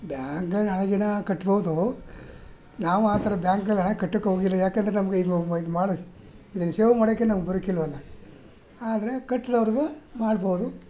ಬ್ಯಾಂಕಲ್ಲಿ ಹಣ ಗಿಣ ಕಟ್ಬೋದು ನಾವು ಆ ಥರ ಬ್ಯಾಂಕ್ಗಳಲ್ಲಿ ಹಣ ಕಟ್ಟೋಕ್ಕೋಗಿಲ್ಲ ಯಾಕೆಂದರೆ ನಮಗೆ ಇದು ಇದು ಮಾಡಿ ಇದನ್ನು ಶೇವ್ ಮಾಡೋಕ್ಕೆ ನಮಗೆ ಬರೋಕ್ಕಿಲ್ವಲ್ಲ ಆದರೆ ಕಟ್ದವ್ರಿಗೆ ಮಾಡ್ಬೋದು